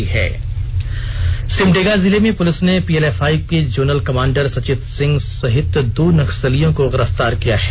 उग्रवादी गिरफ्तार सिमडेगा जिले में पुलिस ने पीएलएफआई के जोनल कमांडर सचित सिंह सहित दो नक्सलियों को गिरफ्तार किया है